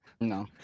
No